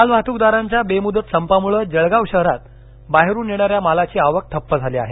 मालवाहतूकदारांच्या बेमुदत संपामुळे जळगाव शहरात बाहेरुन येणाऱ्या मालाची आवक ठप्प झाली आहे